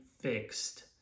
fixed